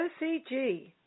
OCG